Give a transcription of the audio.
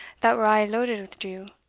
that were a' loaded with dew.